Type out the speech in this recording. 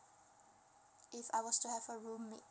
if I was to have a roommate